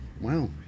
wow